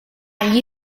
gli